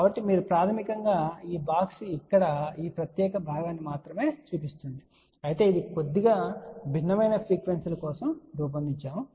కాబట్టి మీరు ప్రాథమికంగా ఈ బాక్స్ ఇక్కడ ఈ ప్రత్యేక భాగాన్ని మాత్రమే చూపిస్తుంది అయితే ఇది కొద్దిగా భిన్నమైన ఫ్రీక్వెన్సీల కోసం రూపొందించబడింది